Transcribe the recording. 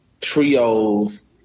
trios